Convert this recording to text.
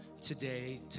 today